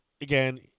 again